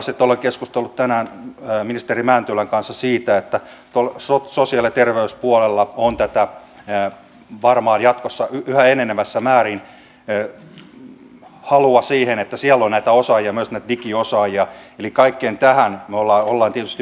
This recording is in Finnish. sitten olen keskustellut tänään ministeri mäntylän kanssa siitä että sosiaali ja terveyspuolella on varmaan jatkossa yhä enenevässä määrin halua siihen että siellä on näitä osaajia myös näitä digiosaajia eli kaikkea tätä me olemme tietysti miettineet